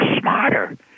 smarter